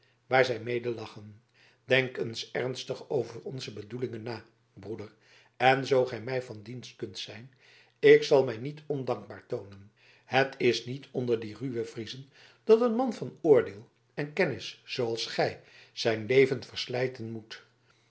waar zij mede lachen denk eens ernstig over onze bedoelingen na broeder en zoo gij mij van dienst kunt zijn ik zal mij niet ondankbaar toonen het is niet onder die ruwe friezen dat een man van oordeel en kennis als gij zijn leven verslijten moet